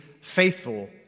faithful